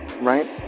Right